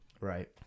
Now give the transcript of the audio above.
Right